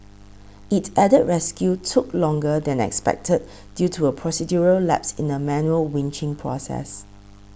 it added rescue took longer than expected due to a procedural lapse in the manual winching process